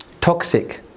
toxic